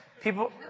People